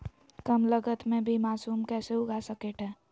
कम लगत मे भी मासूम कैसे उगा स्केट है?